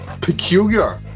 peculiar